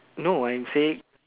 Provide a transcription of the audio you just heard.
no I'm saying